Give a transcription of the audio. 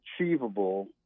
achievable